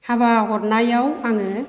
हाबा हरनायाव आङो